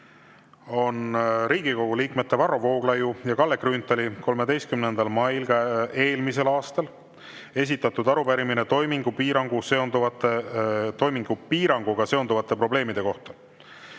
on Riigikogu liikmete Varro Vooglaiu ja Kalle Grünthali 13. mail eelmisel aastal esitatud arupärimine toimingupiiranguga seonduvate probleemide kohta.